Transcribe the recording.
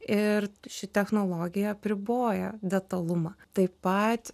ir ši technologija apriboja detalumą taip pat